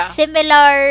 similar